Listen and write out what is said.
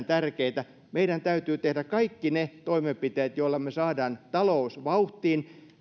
tärkeitä meidän täytyy tehdä kaikki ne toimenpiteet joilla me saamme talouden vauhtiin